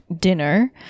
dinner